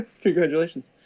congratulations